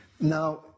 Now